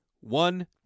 One